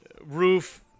roof